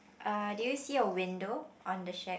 uh do you see a window on the shack